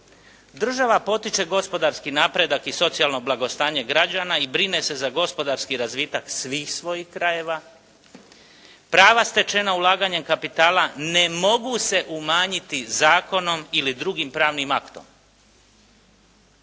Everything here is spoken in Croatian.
Država potiče gospodarski napredak i socijalno blagostanje građana i brine se za gospodarski razvitak svih svojih krajeva, prava stečena ulaganjem kapitala ne mogu se umanjiti zakonom ili drugim pravnim aktom.